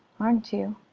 aren't you?